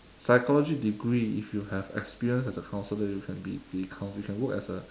psychology degree if you have experience as a counsellor you can be you can you can work as a